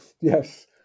Yes